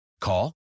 Call